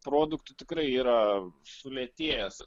produktų tikrai yra sulėtėjęs